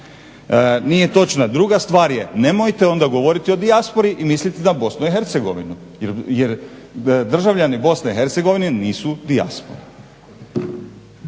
nije točna. Druga stvar je, nemojte onda govoriti o dijaspori i misliti na BiH jer državljani BiH nisu dijaspora.